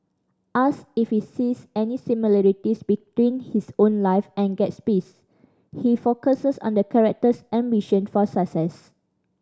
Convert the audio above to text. ask if he sees any similarities between his own life and Gatsby's he focuses on the character's ambition for success